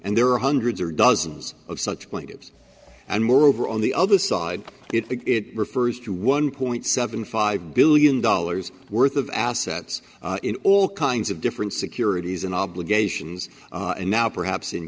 and there are hundreds or dozens of such plaintiffs and moreover on the other side it refers to one point seven five billion dollars worth of assets in all kinds of different securities and obligations and now perhaps in